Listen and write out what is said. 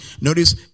Notice